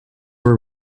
were